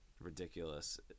ridiculous